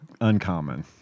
uncommon